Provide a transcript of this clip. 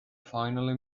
finally